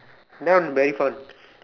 that one very fun